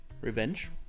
Revenge